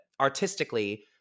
artistically